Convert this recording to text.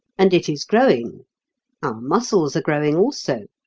and it is growing. our muscles are growing also.